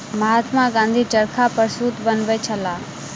महात्मा गाँधी चरखा पर सूत बनबै छलाह